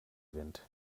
wind